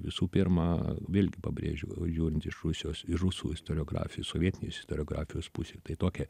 visų pirma vėlgi pabrėžiu žiūrint iš rusijos ir rusų istoriografijos sovietinės istoriografijos pusės tai tokia